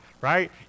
right